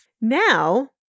Now